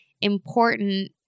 important